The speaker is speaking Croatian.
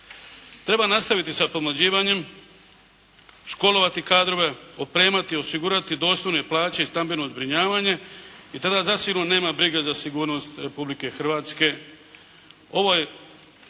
Treba nastaviti sa pomlađivanjem, školovati kadrove, opremati, osigurati dostojne plaće i stambeno zbrinjavanje i tada zasigurno nema brige za sigurnost Republike Hrvatske. Ovo